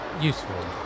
useful